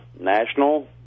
National